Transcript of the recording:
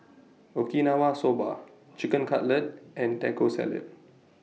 Okinawa Soba Chicken Cutlet and Taco Salad